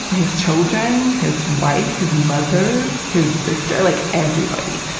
his children, his wife, his mother, his sister, like, everybody.